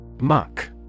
Muck